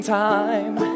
time